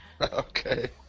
Okay